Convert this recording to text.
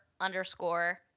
underscore